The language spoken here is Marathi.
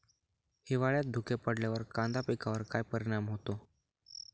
हिवाळ्यात धुके पडल्यावर कांदा पिकावर काय परिणाम होतो?